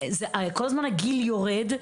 כל הזמן הגיל יורד.